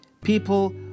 People